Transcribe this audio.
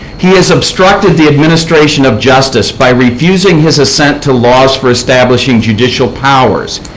he has obstructed the administration of justice by refusing his assent to laws for establishing judicial powers.